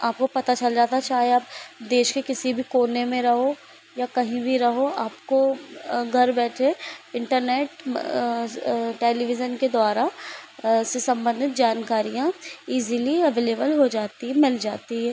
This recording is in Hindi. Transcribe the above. आपको पता चल जाता है चाहे आप देश के किसी भी कोने में रहो या कहीं भी रहो आपको घर बैठे इंटरनेट टेलीविज़न के द्वारा उससे संबंधित जानकारियाँ ईज़िली अवेलेवल हो जाती है मिल जाती है